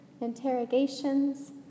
interrogations